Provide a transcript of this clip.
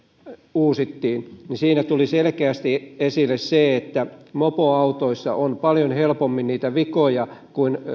uusittiin siinä tuli selkeästi esille se että mopoautoissa on paljon helpommin vikoja kuin